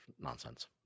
nonsense